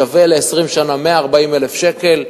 שווה ל-20 שנה, 140,000 שקל.